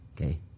okay